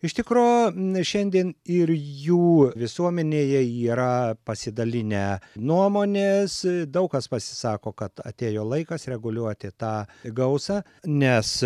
iš tikro šiandien ir jų visuomenėje yra pasidalinę nuomonės daug kas pasisako kad atėjo laikas reguliuoti tą gausą nes